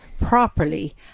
Properly